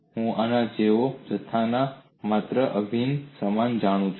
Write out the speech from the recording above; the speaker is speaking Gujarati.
હું આના જેવા જથ્થાના માત્ર અભિન્ન સમાન જાણું છું